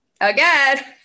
again